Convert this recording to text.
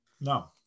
No